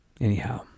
Anyhow